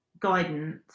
guidance